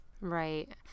Right